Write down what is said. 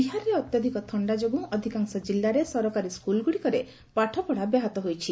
ବିହାରରେ ଅତ୍ୟଧିକ ଥକ୍ତା ଯୋଗୁଁ ଅଧିକାଂଶ ଜିଲ୍ଲାରେ ସରକାରୀ ସ୍କୁଲ୍ଗୁଡ଼ିକରେ ପାଠପଡ଼ା ବ୍ୟାହତ ହୋଇଛି